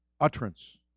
utterance